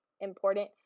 important